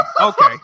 okay